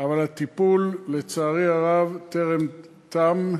השר לנגב וגליל לשלם את,